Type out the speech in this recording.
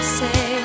say